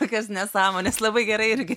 tokios nesąmonės labai gerai irgi